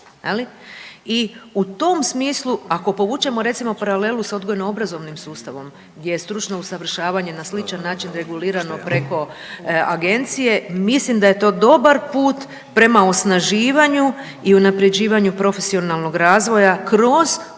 i u tom smislu ako povučemo recimo paralelu s odgojno obrazovnim sustavom gdje je stručno usavršavanje na sličan način regulirano preko agencije, mislim da je to dobar put prema osnaživanju i unaprjeđivanju profesionalnog razvoja kroz